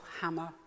hammer